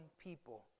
people